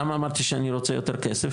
למה אמרתי שאני רוצה יותר כסף,